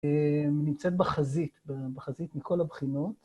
נמצאת בחזית, בחזית מכל הבחינות.